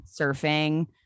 surfing